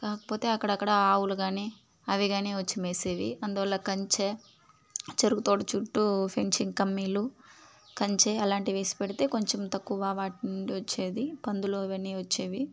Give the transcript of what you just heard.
కాకపోతే అక్కడక్కడ ఆవులు కానీ అవి కానీ వచ్చి మేసేవి అందువల్ల కంచే చెరుకు తోట చుట్టూ ఫెంచింగ్ కమ్మీలు కంచే అలాంటివేసి పెడితే కొంచెం తక్కువ వాటి నుండి వచ్చేది పందులు అవన్నీ వచ్చేవి